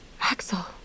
Axel